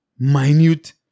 minute